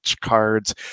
cards